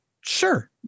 Sure